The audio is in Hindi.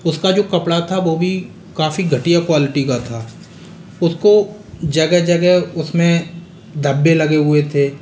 उसका जो कपड़ा था वो भी काफ़ी घटिया क्वालिटी का था उसको जगह जगह उसमें धब्बे लगे हुए थे